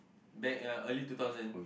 back uh early two thousand